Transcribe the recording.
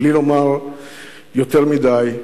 בלי לומר יותר מדי,